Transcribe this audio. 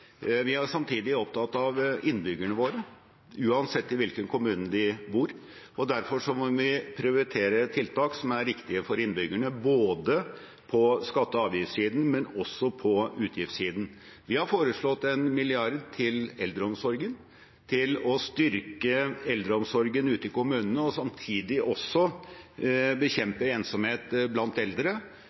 Vi er samtidig opptatt av innbyggerne våre, uansett hvilken kommune de bor i, og derfor må vi prioritere tiltak som er riktige for innbyggerne både på skatte- og avgiftssiden og også på utgiftssiden. Vi har foreslått en milliard til eldreomsorgen, til å styrke eldreomsorgen ute i kommunene og samtidig bekjempe ensomhet blant eldre,